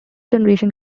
generation